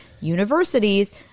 universities